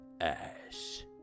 ass